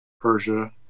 Persia